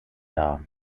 dar